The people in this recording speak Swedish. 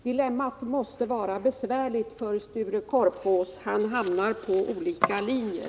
Dilemmat måste vara besvärligt för Sture Korpås. Han hamnar på olika linjer.